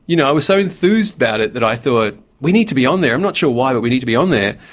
you know? i was so enthused about it that i thought, we need to be on there. i'm not sure why, but we need to be on there.